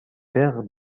terre